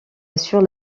assure